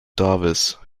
davis